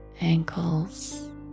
ankles